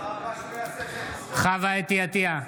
בהצבעה חוה אתי עטייה,